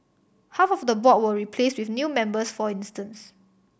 half of the board were replaced with new members for instance